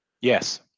Yes